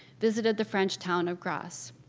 visited the french town of grasse.